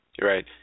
Right